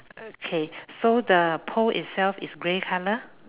okay so the pole itself is grey color